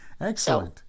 excellent